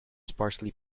sparsely